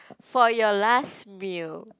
for your last meal